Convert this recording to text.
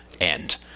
end